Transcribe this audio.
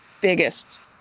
biggest